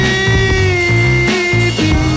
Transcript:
Baby